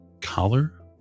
collar